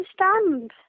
understand